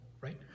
right